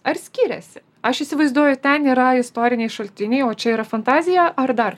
ar skiriasi aš įsivaizduoju ten yra istoriniai šaltiniai o čia yra fantazija ar dar